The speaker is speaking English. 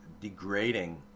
degrading